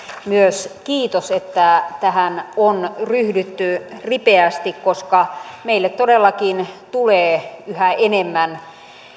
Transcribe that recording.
myös kiitos että tähän on ryhdytty ripeästi koska meille todellakin tulee yhä enemmän